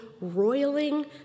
roiling